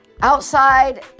outside